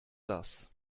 das